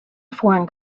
foreign